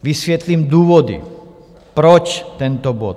Vysvětlím důvody, proč tento bod.